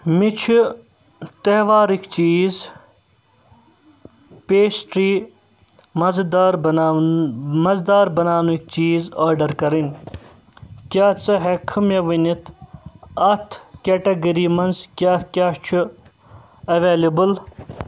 مےٚ چھ تیٚہوارٕکۍ چیٖز پیسٹِری مزٕدار بناون مزٕدار بناونٕکۍ چیٖز آرڈر کرٕنۍ کیٛاہ ژٕ ہٮ۪کہٕ مےٚ ونِتھ اَتھ کیٹگری منٛز کیٛاہ کیٛاہ چھ ایویلیبل